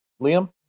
Liam